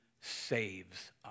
saves